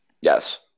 Yes